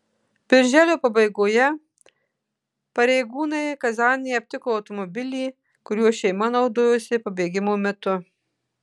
birželio pabaigoje pareigūnai kazanėje aptiko automobilį kuriuo šeima naudojosi pabėgimo metu